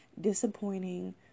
disappointing